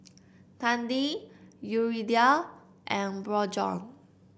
Tandy Yuridia and Bjorn